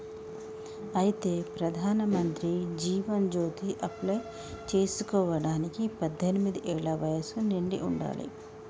అయితే ప్రధానమంత్రి జీవన్ జ్యోతి అప్లై చేసుకోవడానికి పద్దెనిమిది ఏళ్ల వయసు నిండి ఉండాలి